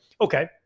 okay